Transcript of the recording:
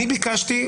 אני ביקשתי,